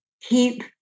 keep